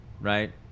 right